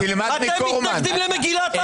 אתם מתנגדים למגילת העצמאות.